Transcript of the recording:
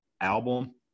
album